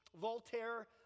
Voltaire